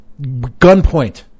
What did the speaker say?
gunpoint